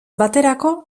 baterako